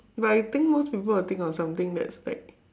but I think most people will think of something that's like